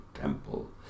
temple